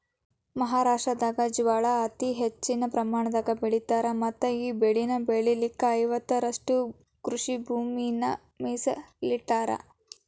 ಮಹಾರಾಷ್ಟ್ರದಾಗ ಜ್ವಾಳಾ ಅತಿ ಹೆಚ್ಚಿನ ಪ್ರಮಾಣದಾಗ ಬೆಳಿತಾರ ಮತ್ತಈ ಬೆಳೆನ ಬೆಳಿಲಿಕ ಐವತ್ತುರಷ್ಟು ಕೃಷಿಭೂಮಿನ ಮೇಸಲಿಟ್ಟರಾ